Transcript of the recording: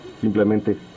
Simplemente